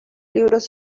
libros